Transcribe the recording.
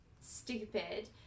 stupid